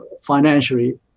financially